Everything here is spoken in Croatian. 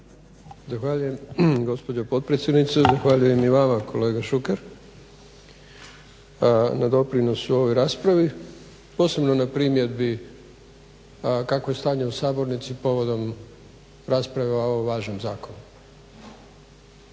Zahvaljujem gospođo potpredsjednice. Zahvaljujem i vama kolega Šuker na doprinosu ovoj raspravi, posebno na primjedbi kakvo je stanje u sabornici povodom rasprave o ovom važnom zakonu.